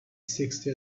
sixty